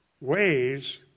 ways